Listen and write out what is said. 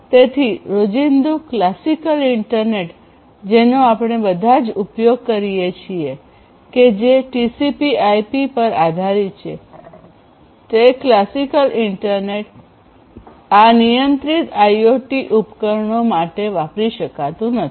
તેથી રોજિદું classical internet જેનો આપણે બધા ઉપયોગ કરીએ છીએ કે જે TCP IP પર આધારિત છે તે ક્લાસિકલ ઇન્ટરનેટ આ નિયંત્રિત આઇઓટી ઉપકરણો માટે નથી